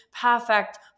perfect